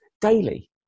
daily